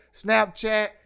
snapchat